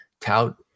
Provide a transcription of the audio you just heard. tout